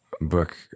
book